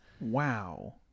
wow